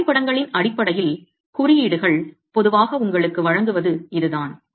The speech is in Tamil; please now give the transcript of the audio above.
வரைபடங்களின் அடிப்படையில் குறியீடுகள் பொதுவாக உங்களுக்கு வழங்குவது இதுதான்